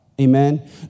Amen